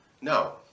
No